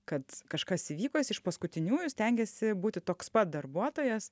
kad kažkas įvyko jis iš paskutiniųjų stengiasi būti toks pat darbuotojas